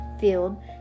field